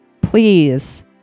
Please